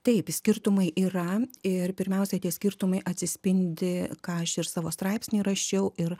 taip skirtumai yra ir pirmiausia tie skirtumai atsispindi ką aš ir savo straipsny rašiau ir